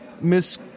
Miss